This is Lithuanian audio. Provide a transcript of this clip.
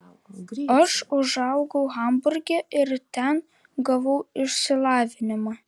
aš užaugau hamburge ir ten gavau išsilavinimą